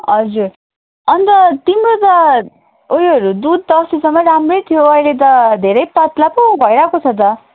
हजुर अन्त तिम्रो त उयोहरू दुध त अस्तिसम्म राम्रै थियो अहिले त धेरै पातला पो भइरहेको छ त